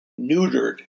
neutered